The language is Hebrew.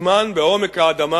יוטמן בעומק האדמה,